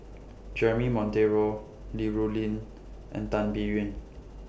Jeremy Monteiro Li Rulin and Tan Biyun